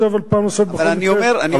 אבל אני אומר, אבל נבחן את זה פעם נוספת בכל מקרה.